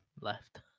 left